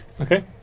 Okay